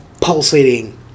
pulsating